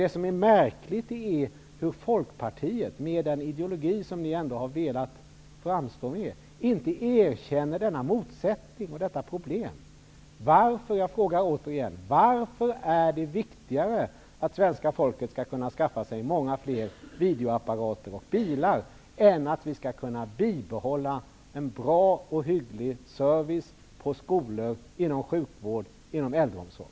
Det är märkligt att Folkpartiet, med den ideologi som ni ändå säger er företräda, inte erkänner denna motsättning och detta problem. Jag frågar återigen: Varför är det viktigare att svenska folket skall kunna skaffa sig många fler videoapparater och bilar än att vi skall kunna bibehålla en bra och hygglig service på skolor, inom sjukvård och inom äldreomsorg?